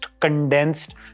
condensed